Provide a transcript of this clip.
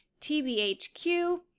TBHQ